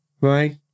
Right